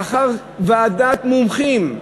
לאחר ועדת מומחים,